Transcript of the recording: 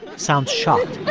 sounds shocked